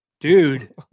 Dude